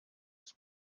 des